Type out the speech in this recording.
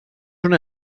una